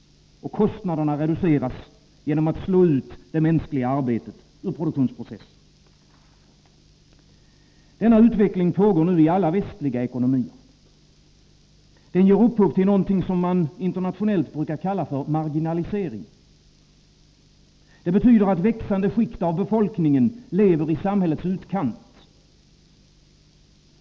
Kostnaderna reduceras genom att slå ut det mänskliga arbetet ur produktionsprocessen. Denna utveckling pågår nu i alla västliga ekonomier. Den ger upphov till något som man internationellt brukar kalla marginalisering. Det betyder att växande skikt av befolkningen lever i samhällets utkant.